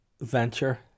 venture